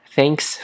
Thanks